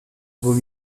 vaut